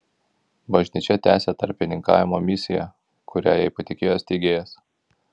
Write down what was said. bažnyčia tęsia tarpininkavimo misiją kurią jai patikėjo steigėjas